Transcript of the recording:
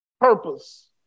purpose